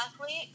athlete